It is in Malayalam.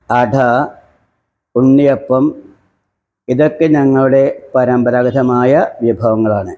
അട ഉണ്ണിയപ്പം ഇതൊക്കെ ഞങ്ങളുടെ പരമ്പരാഗതമായ വിഭവങ്ങളാണ്